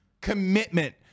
commitment